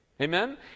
Amen